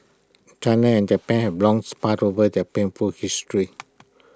China and Japan have long sparred over their painful history